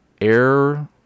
air